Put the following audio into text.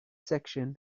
section